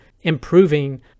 improving